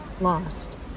lost